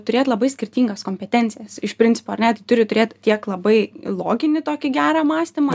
turėt labai skirtingas kompetencijas iš principo ar ne tai turi turėt tiek labai loginį tokį gerą mąstymą